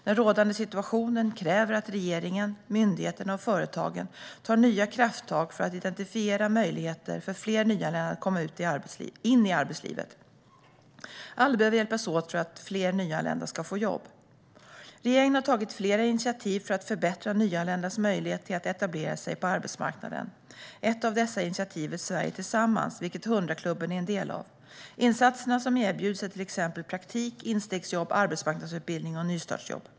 Den rådande situationen kräver att regeringen, myndigheterna och företagen tar nya krafttag för att identifiera möjligheter för fler nyanlända att komma in i arbetslivet. Alla behöver hjälpas åt för att fler nyanlända ska få jobb. Svar på interpellationer Regeringen har tagit flera initiativ för att förbättra nyanländas möjlighet till att etablera sig på arbetsmarknaden. Ett av dessa är initiativet Sverige tillsammans, vilket 100-klubben är en del av. Insatserna som erbjuds är till exempel praktik, instegsjobb, arbetsmarknadsutbildning och nystartsjobb.